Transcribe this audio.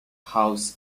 house